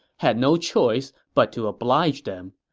had no choice but to oblige them.